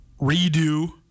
redo